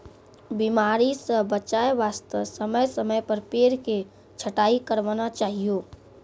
बीमारी स बचाय वास्तॅ समय समय पर पेड़ के छंटाई करवाना चाहियो